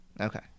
Okay